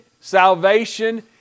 salvation